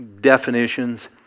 definitions